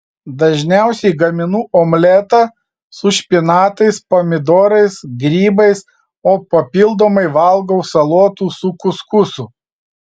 dažniausiai gaminu omletą su špinatais pomidorais grybais o papildomai valgau salotų su kuskusu